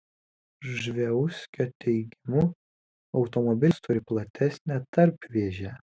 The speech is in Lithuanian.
rževuskio teigimu automobilis turi platesnę tarpvėžę